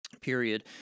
period